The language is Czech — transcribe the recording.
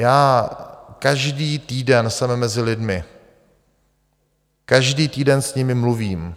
Já každý týden jsem mezi lidmi, každý týden s nimi mluvím.